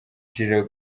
jireh